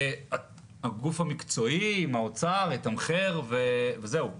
והגוף המקצועי עם האוצר יתמחר וזהו,